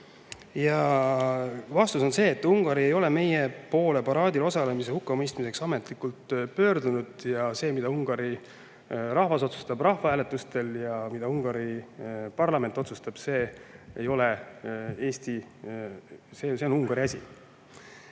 Ja vastus on see, et Ungari ei ole meie poole paraadil osalemise hukkamõistmiseks ametlikult pöördunud. See, mida Ungari rahvas otsustab rahvahääletustel ja mida Ungari parlament otsustab, see on Ungari asi.